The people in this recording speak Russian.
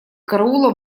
караула